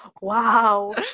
Wow